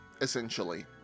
essentially